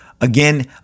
again